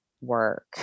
work